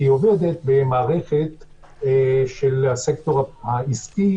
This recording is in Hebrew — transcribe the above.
כי היא עובדת במערכת של הסקטור העסקי